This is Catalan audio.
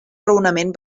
raonament